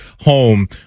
home